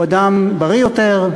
הוא אדם בריא יותר,